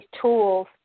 tools